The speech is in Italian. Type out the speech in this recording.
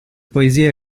poesie